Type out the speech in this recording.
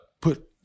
Put